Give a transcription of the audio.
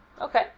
okay